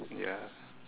ya